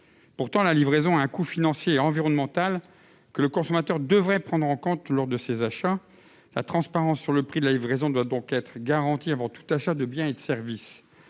Pourtant, la livraison a un coût financier et environnemental que le consommateur devrait prendre en compte lors de ses achats. La transparence sur le prix de la livraison doit donc être garantie avant tout achat de biens et de services.